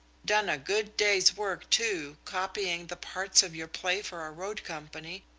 done a good day's work, too, copying the parts of your play for a road company,